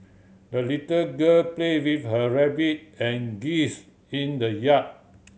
the little girl played with her rabbit and geese in the yard